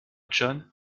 john